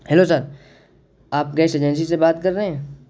hello sir آپ gas agency سے بات کر رہے ہیں